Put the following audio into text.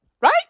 Right